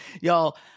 Y'all